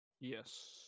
yes